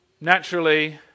Naturally